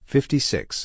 Fifty-six